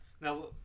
Now